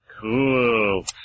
Cool